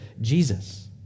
jesus